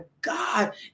god